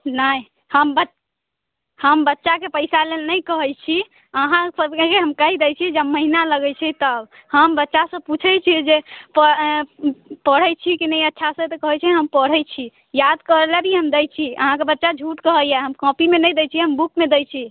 नहि हम बच हम बच्चाके पैसा लऽ नहि कहैत छी अहाँ सबके हम कहि दय छी जब महिना लगैत छै तब हम बच्चासँ पूछैत छियै जे प पढ़य छी कि नहि अच्छासँ तऽ कहैत छै हम पढ़ैत छी याद करऽ लऽ भी हम दै छी अहाँकेँ बच्चा झूठ कहैया हम कॉपीमे नहि दै छी हम बुकमे दै छी